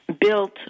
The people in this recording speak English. built